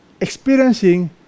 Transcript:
experiencing